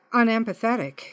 unempathetic